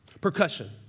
Percussion